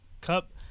cup